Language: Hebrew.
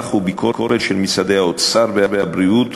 וביקורת של משרד האוצר ומשרד הבריאות,